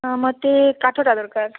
ହଁ ମୋତେ କାଠଟା ଦରକାର